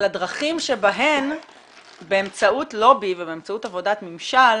לדרכים שבהן באמצעות לובי ובאמצעות עבודת ממשל